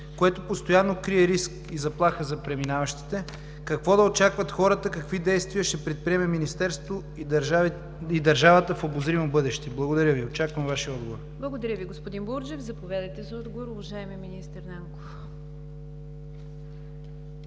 което постоянно крие риск и заплаха за преминаващите; какво да очакват хората, какви действия ще предприеме Министерството и държавата в обозримо бъдеще? Благодаря Ви. Очаквам Вашия отговор. ПРЕДСЕДАТЕЛ НИГЯР ДЖАФЕР: Благодаря Ви, господин Бурджев. Заповядайте за отговор, уважаеми министър Нанков. МИНИСТЪР